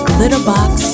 Glitterbox